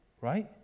right